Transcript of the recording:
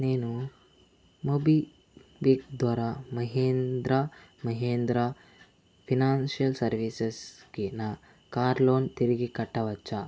నేను MobiKwik ద్వారా Mahindra Mahindra financial సర్వీసెస్కి నా కారు లోన్ తిరిగి కట్టవచ్చా